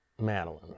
Madeline